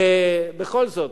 בכל זאת,